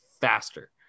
faster